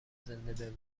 زنده